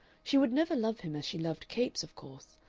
she would never love him as she loved capes, of course,